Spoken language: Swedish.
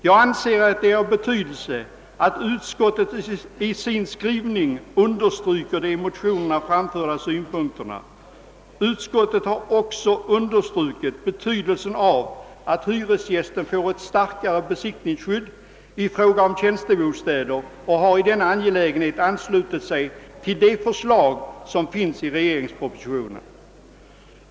Jag anser att det är av betydelse att utskottet i sin skrivning understryker de i motionerna framförda synpunkterna. Utskottet har framhållit betydelsen av att hyresgästerna får ett starkare besittningsskydd i fråga om tjänstebostäder och har härvidlag anslutit sig till förslagen i regeringspropositionen.